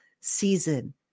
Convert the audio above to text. season